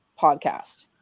podcast